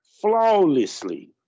Flawlessly